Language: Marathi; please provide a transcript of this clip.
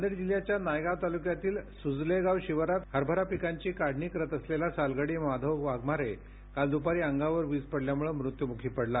नांदेड जिल्ह्याच्या नायगांव तालुक्यातील सूजलेगाव शिवारात हरभरा पिकांची काढणी करीत असलेला सालगडी माधव वाघमारे काल दुपारी अंगावर वीज पडल्यामुळे मृत्यूमुखी पडला